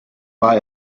war